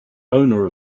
owner